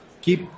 keep